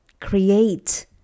create